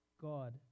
God